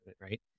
Right